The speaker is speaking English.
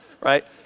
right